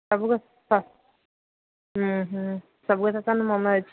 ସବୁ କଥା ଉଁ ହୁଁ ସବୁ କଥା ତାହାଲେ ମନେ ଅଛି